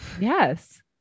Yes